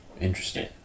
Interesting